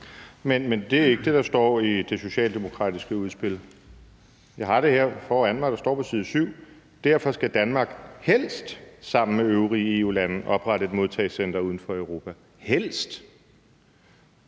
Men det er jo ikke det, der står i det socialdemokratiske udspil. Jeg har det her foran mig, og der står på side 7, at derfor skal Danmark helst sammen med øvrige EU-lande oprette et modtagecenter uden for Europa, altså